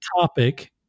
topic